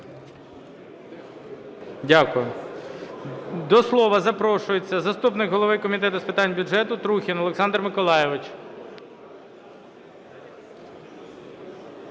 Дякую. До слова запрошується заступник голови Комітету з питань бюджету Трухін Олександр Миколайович.